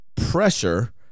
pressure